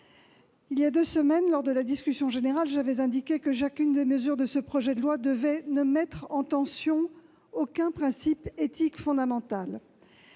Voilà deux semaines, lors de la discussion générale, j'avais indiqué qu'aucune des mesures de ce projet de loi ne devait mettre en tension le moindre principe éthique fondamental.